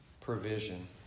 provision